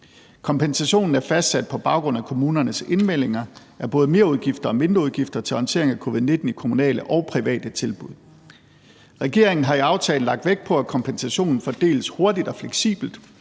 Kompensationen er fastsat på baggrund af kommunernes indmeldinger af både merudgifter og mindreudgifter til håndtering af covid-19 i kommunale og private tilbud. Regeringen har i aftalen lagt vægt på, at kompensationen fordeles hurtigt og fleksibelt.